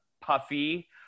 Puffy